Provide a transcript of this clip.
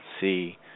see